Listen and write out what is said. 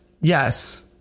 Yes